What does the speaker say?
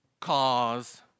cause